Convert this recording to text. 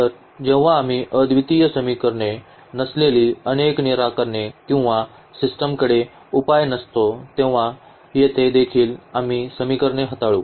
तर जेव्हा आम्ही अद्वितीय निराकरणे नसलेली अनेक निराकरणे किंवा सिस्टमकडे उपाय नसतो तेव्हा येथे देखील आम्ही प्रकरणे हाताळू